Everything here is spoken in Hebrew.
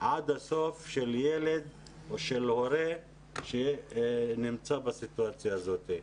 עד הסוף של ילד או של הורה שנמצא בסיטואציה הזאת.